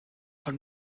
von